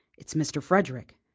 it's mr. frederick!